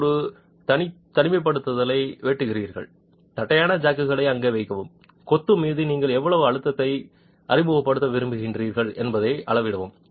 நீங்கள் ஒரு தனிமைப்படுத்தலை வெட்டுகிறீர்கள் தட்டையான ஜாக்குகளை அங்கே வைக்கவும் கொத்து மீது நீங்கள் எவ்வளவு அழுத்தத்தை அறிமுகப்படுத்த விரும்புகிறீர்கள் என்பதை அளவிடவும்